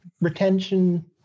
retention